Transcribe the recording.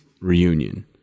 reunion